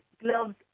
Gloves